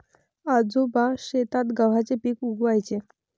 आजोबा शेतात गव्हाचे पीक उगवयाचे